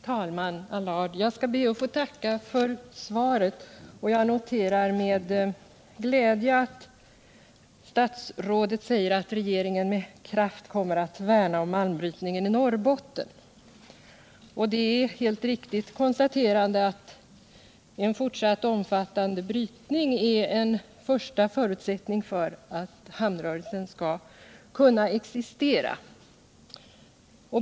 Talman Allard! Jag skall be att få tacka för svaret. Jag noterar med glädje att statsrådet säger att regeringen med kraft kommer att värna om malmbrytningen i Norrbotten. Det är ett helt riktigt konstaterande att en fortsatt omfattande brytning är en första förutsättning för att hamnrörelsen i Luleå skall kunna existera.